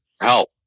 help